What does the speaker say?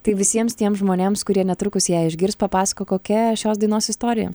tai visiems tiems žmonėms kurie netrukus ją išgirs papasakok kokia šios dainos istorija